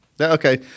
Okay